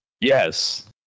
Yes